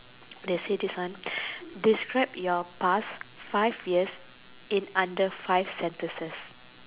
they say this one describe your past five years in under five sentences